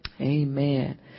Amen